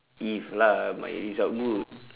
if lah my result good